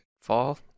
fall